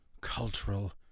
cultural